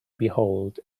behold